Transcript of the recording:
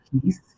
peace